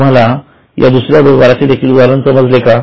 तुम्हाला या दुसऱ्या व्यवहाराचे देखील उदाहरण समजले का